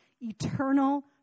eternal